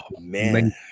man